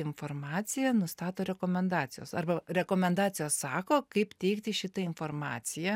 informaciją nustato rekomendacijos arba rekomendacijos sako kaip teikti šitą informaciją